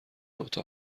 اتاق